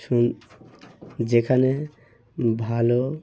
সুন যেখানে ভালো